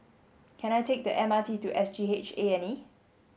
can I take the M R T to S G H A and E